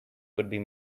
could